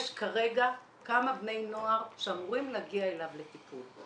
יש כרגע כמה בני נוער שאמורים להגיע אליו לטיפול.